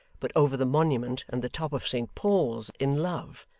but over the monument and the top of saint paul's in love,